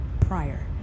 prior